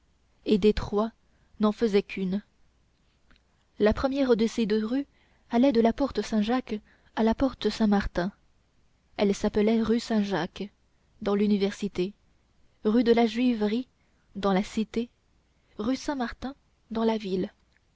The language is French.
et des trois n'en faisaient qu'une la première de ces deux rues allait de la porte saint-jacques à la porte saint-martin elle s'appelait rue saint-jacques dans l'université rue de la juiverie dans la cité rue saint-martin dans la ville